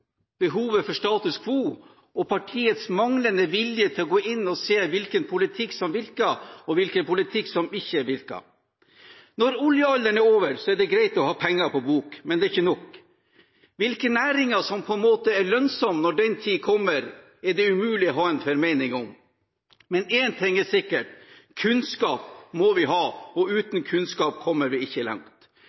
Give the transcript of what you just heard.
behovet for status quo og partiets manglende vilje til å gå inn og se hvilken politikk som virker, og hvilken politikk som ikke virker. Når oljealderen er over, er det greit å ha penger på bok. Men det er ikke nok. Hvilke næringer som er lønnsomme når den tid kommer, er det umulig å ha en formening om. Men én ting er sikkert: Kunnskap må vi ha, og uten kunnskap kommer vi ikke langt.